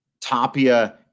Tapia